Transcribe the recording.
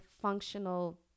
functional